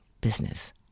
business